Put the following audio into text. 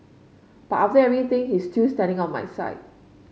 but after everything he's still standing on my side